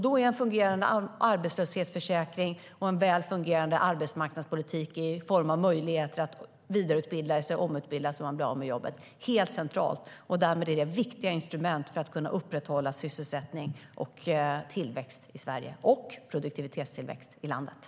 Då är en fungerande arbetslöshetsförsäkring och en väl fungerande arbetsmarknadspolitik som ger möjlighet att vidareutbilda eller omutbilda sig om man blir av med jobbet helt central. Det är därmed viktiga instrument för att kunna upprätthålla sysselsättning, tillväxt och produktivitetstillväxt i Sverige.